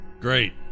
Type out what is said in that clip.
Great